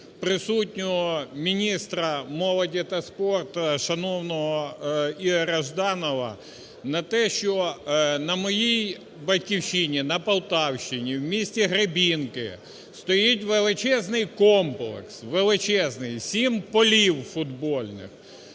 присутнього міністра молоді та спорту шановного Ігоря Жданова на те, що на моїй Батьківщині, на Полтавщині, у місті Гребінки стоїть величезний комплекс, величезний: 7 полів футбольних,